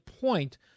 point